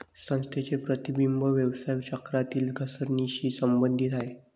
संस्थांचे प्रतिबिंब व्यवसाय चक्रातील घसरणीशी संबंधित आहे